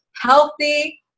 healthy